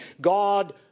God